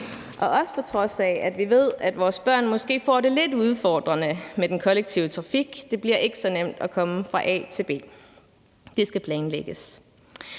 og også på trods af at vi ved, at vores børn måske får det lidt udfordrende med den kollektive trafik. Det bliver ikke så nemt at komme fra A til B. Det skal planlægges.